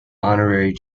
honorary